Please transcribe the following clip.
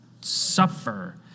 suffer